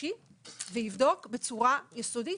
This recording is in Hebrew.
שלישי ויבדוק בצורה יסודית,